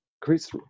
Chris